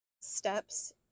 steps